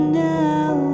now